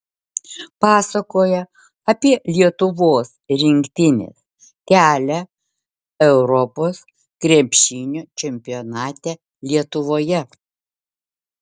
pasakoja apie lietuvos rinktinės kelią europos krepšinio čempionate lietuvoje